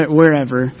wherever